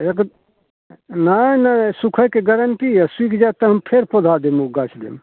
हे एखन नहि नहि सुखैके गारण्टी यऽ सुखि जाएत तऽ हम फेर पौधा देब ओ गाछ देब